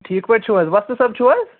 ٹھیٖک پٲٹھۍ چھُو حظ وۄستہٕ صٲب چھُو حظ